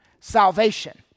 salvation